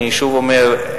אני שוב אומר,